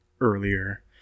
earlier